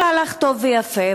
והכול היה טוב ויפה,